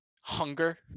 hunger